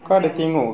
macam